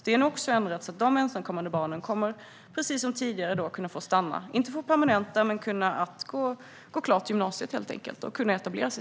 Det är också ändrat, så att de ensamkommande barnen kommer att kunna få stanna precis som tidigare. De kommer inte att få permanent uppehållstillstånd, men de kommer att kunna gå klart gymnasiet för att sedan etablera sig.